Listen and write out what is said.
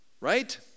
right